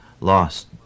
lost